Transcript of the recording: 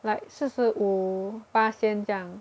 like 四十五巴先这样